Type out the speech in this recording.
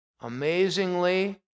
amazingly